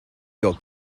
your